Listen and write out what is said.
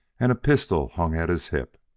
and a pistol hung at his hip.